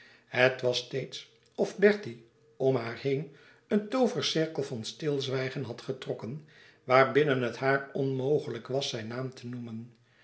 het was steeds of bertie om haar heen een toovercirkel van stilzwijgen had getrokken waarbinnen het haar onmogelijk was zijn naam te noemen